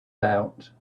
out